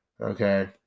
Okay